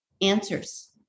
answers